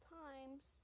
times